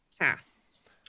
casts